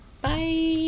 bye